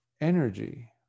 energy